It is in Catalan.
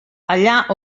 allà